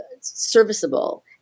serviceable